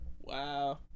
Wow